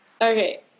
Okay